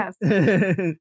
Yes